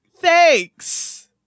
Thanks